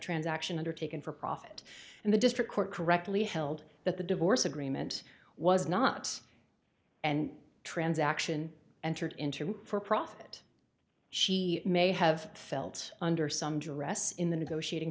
transaction undertaken for profit and the district court correctly held that the divorce agreement was not and transaction entered into for profit she may have felt under some dress in the negotiating